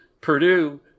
Purdue